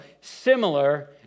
similar